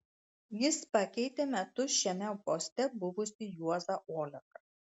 jis pakeitė metus šiame poste buvusį juozą oleką